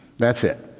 that's it.